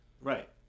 Right